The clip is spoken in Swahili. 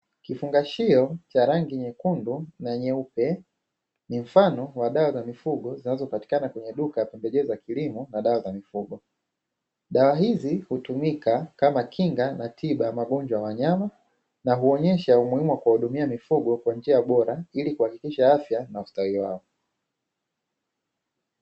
Kifungashi cha rangi nyekundu na nyeupe, ni mfano wa dawa za mifugo zinazopatikana kwenye duka la pembejeo za kilimo na dawa za mifugo. Dawa hizi hutumika kama kinga na tiba ya magonjwa ya wanyama, na huonyesha umuhimu wa kuwahudumia mifugo kwa njia bora ili kuhakikisha afya na ustawi wao.